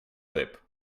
lip